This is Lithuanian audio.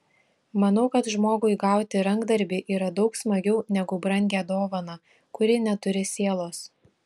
manau kad žmogui gauti rankdarbį yra daug smagiau negu brangią dovaną kuri neturi sielos